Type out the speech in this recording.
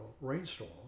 rainstorm